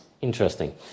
Interesting